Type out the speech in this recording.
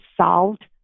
solved